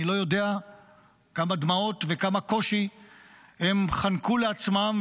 אני לא יודע כמה דמעות וכמה קושי הם חנקו לעצמם,